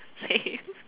same